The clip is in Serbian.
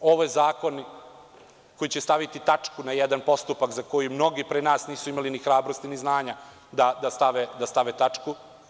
Ovo je zakon koji će staviti tačku na jedan postupak za koji mnogi pre nas nisu imali ni hrabrosti ni znanja da stave tačku.